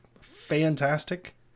fantastic